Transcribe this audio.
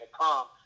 come